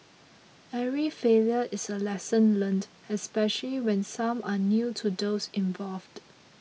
every failure is a lesson learnt especially when some are new to those involved